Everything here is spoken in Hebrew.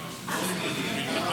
כך סיכמו איתי.